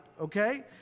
okay